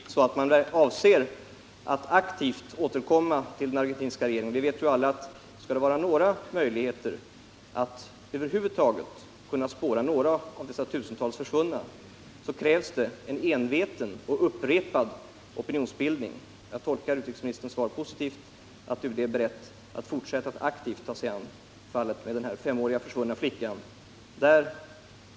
Herr talman! Jag tolkar utrikesministerns svar positivt, dvs. att han avser att aktivt återkomma till den argentiska regeringen. Skall det finnas några möjligheter att över huvud taget spåra några av dessa tusentals försvunna krävs en enveten och upprepad opinionsbildning, det vet vi alla. Jag tolkar utrikesministerns svar positivt: att UD är berett att aktivt ta sig an fallet med den här femåriga försvunna flickan.